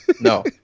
No